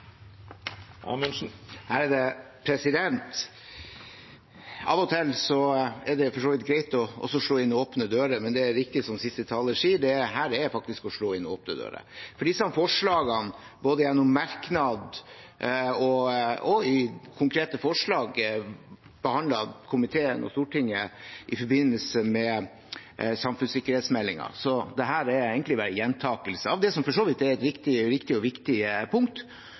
for så vidt greit å slå inn åpne dører, men det er riktig som siste taler sier, dette er faktisk å slå inn åpne dører. Disse forslagene er både gjennom merknader og også i konkrete forslag behandlet av komiteen og i Stortinget i forbindelse med samfunnssikkerhetsmeldingen. Så dette er egentlig bare gjentakelse av det som for så vidt er riktige og viktige punkt, og